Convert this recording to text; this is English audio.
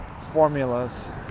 formulas